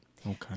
Okay